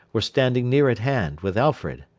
were standing near at hand, with alfred.